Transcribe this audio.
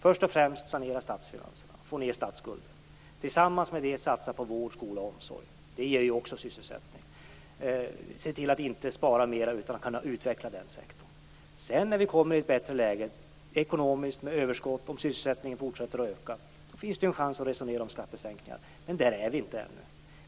Först och främst gäller det att sanera statsfinanserna och få ned statsskulden. Tillsammans med detta skall vi satsa på vård, skola och omsorg. Det ger ju också sysselsättning om man ser till att inte spara mer utan i stället utveckla den sektorn. Om vi sedan kommer i ett bättre ekonomiskt läge med överskott, och om sysselsättningen fortsätter att öka, så finns det en chans att resonera om skattesänkningar. Men där är vi inte än.